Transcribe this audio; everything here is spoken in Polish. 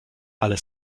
ale